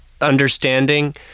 understanding